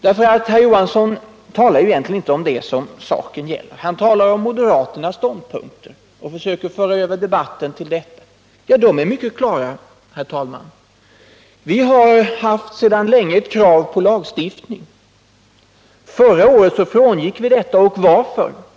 Hilding Johansson talar egentligen inte om det saken gäller, utan han talar om vissa av moderaternas ståndpunkter och försöker föra över debatten till dessa. Våra ståndpunkter är mycket klara. Vi har sedan länge fört fram krav på lagstiftning. Förra året frångick vi den ordningen, och varför?